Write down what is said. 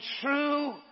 true